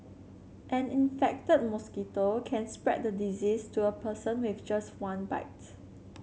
an infected mosquito can spread the disease to a person with just one bites